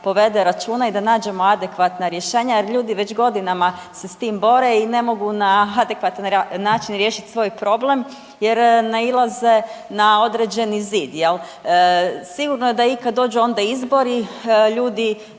povede računa i da nađemo adekvatna rješenje jer ljudi već godinama se s tim bore i ne mogu na adekvatan način riješiti svoj problem jer nailaze na određeni zid, je li? Sigurno da i kad dođu onda izbori, ljudi